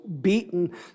beaten